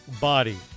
body